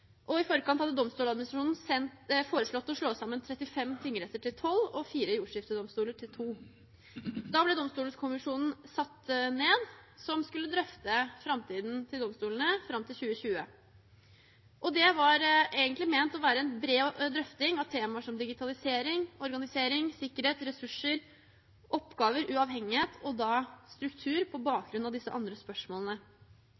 og i forkant hadde Domstoladministrasjonen foreslått å slå sammen 35 tingretter til 12 og 4 jordskiftedomstoler til 2. Da ble Domstolkommisjonen satt ned, som skulle drøfte framtiden til domstolene – fram til 2020. Det var egentlig ment å være en bred drøfting av temaer som digitalisering, organisering, sikkerhet, ressurser, oppgaver, uavhengighet og struktur på